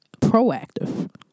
Proactive